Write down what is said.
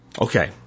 Okay